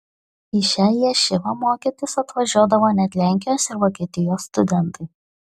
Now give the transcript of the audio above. į šią ješivą mokytis atvažiuodavo net lenkijos ir vokietijos studentai